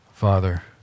Father